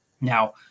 Now